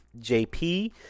JP